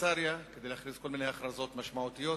קיסריה כדי להכריז כל מיני הכרזות משמעותיות,